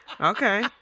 okay